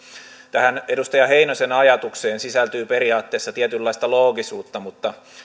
tähän edustaja heinosen ajatukseen sisältyy periaatteessa tietynlaista loogisuutta mutta